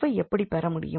𝑓ஐ எப்படிப் பெற முடியும்